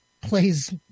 plays